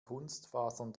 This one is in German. kunstfasern